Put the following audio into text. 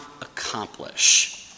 accomplish